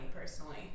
personally